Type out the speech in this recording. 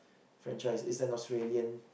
franchise it's an Australian